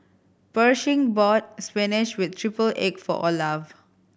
Pershing bought spinach with triple egg for Olaf